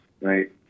right